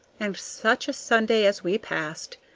and such a sunday as we passed!